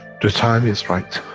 the time is right,